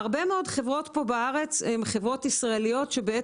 הרבה מאוד חברות בארץ הן חברות ישראליות שאת